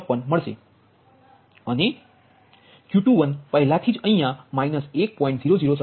556 મળશે અને Q2 પહેલાથી જ અહીયા 1